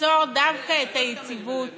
תיצור דווקא יציבות